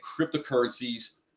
cryptocurrencies